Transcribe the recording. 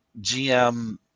GM